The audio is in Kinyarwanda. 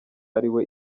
ariwe